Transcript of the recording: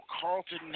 Carlton